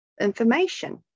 information